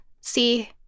see